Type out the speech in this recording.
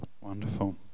Wonderful